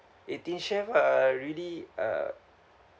Eighteen Chefs ah really uh